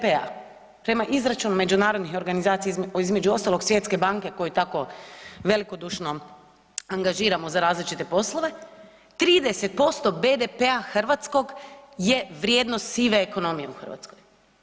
30% BDP-a prema izračunu međunarodnih organizacija između ostalog Svjetske banke koju tako velikodušno angažiramo za različite poslove, 30% BDP-a hrvatskog je vrijednost sive ekonomije u Hrvatskoj.